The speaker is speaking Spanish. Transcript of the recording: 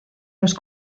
los